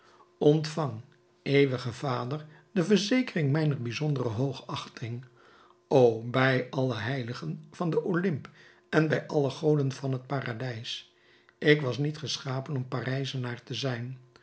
ontvang eeuwige vader de verzekering mijner bijzondere hoogachting o bij alle heiligen van den olymp en bij alle goden van het paradijs ik was niet geschapen om parijzenaar te zijn